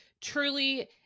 truly